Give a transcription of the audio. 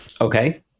Okay